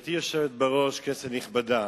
גברתי היושבת בראש, כנסת נכבדה,